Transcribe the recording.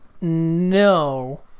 no